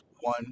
one